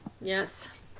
Yes